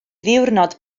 ddiwrnod